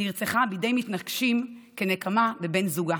נרצחה בידי מתנקשים כנקמה בבן זוגה,